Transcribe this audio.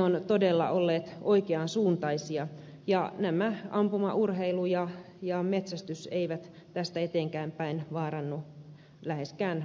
ovat todella olleet oikean suuntaisia ja näin ampumaurheilu ja metsästys eivät tästä eteenkäänpäin vaarannu läheskään ollenkaan